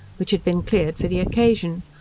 which had been cleared for the occasion,